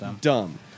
dumb